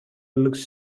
looks